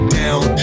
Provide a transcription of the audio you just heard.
down